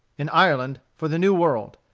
in ireland, for the new world.